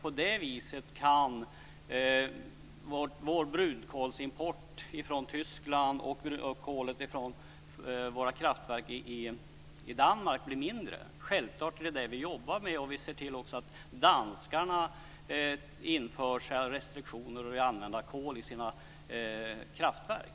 På det viset kan vår import av brunkol från Tyskland och av kolet från våra kraftverk i Danmark bli mindre. Självklart jobbar vi på det. Vi ser också till att danskarna inför restriktioner för användningen av kol i sina kraftverk.